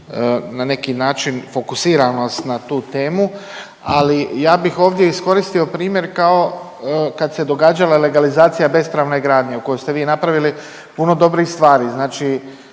na neki način fokusiranost na tu temu ali ja bih ovdje iskoristio primjer kao kad se događala legalizacija bespravne gradnje u kojoj ste vi napravili puno dobrih stvari.